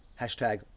hashtag